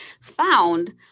found